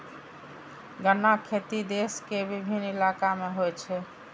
गन्नाक खेती देश के विभिन्न इलाका मे होइ छै